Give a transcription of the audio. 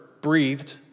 breathed